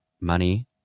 money